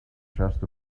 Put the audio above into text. just